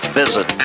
visit